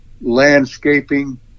landscaping